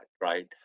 right